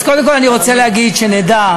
אז קודם כול אני רוצה להגיד, שנדע,